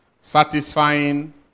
satisfying